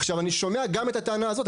עכשיו, אני שומע גם את הטענה הזאת.